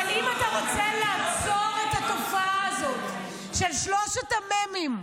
אבל אם אתה רוצה לעצור את התופעה הזאת של שלושת המ"מים,